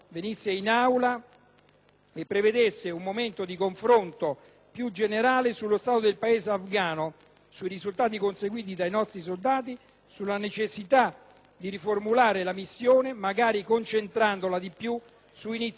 e prevedesse un momento di confronto più generale sullo stato del Paese afgano, sui risultati conseguiti dai nostri soldati, sulla necessità di riformulare la missione, magari concentrandola di più su iniziative economiche